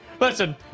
listen